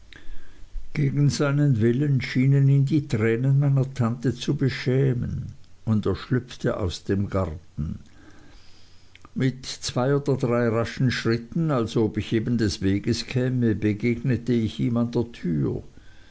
gegen seinen willen schienen ihn die tränen meiner tante zu beschämen und er schlüpfte aus dem garten mit zwei oder drei raschen schritten als ob ich eben des weges käme begegnete ich ihm in der türe